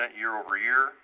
year-over-year